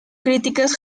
críticas